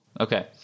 Okay